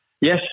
Yes